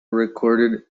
recorded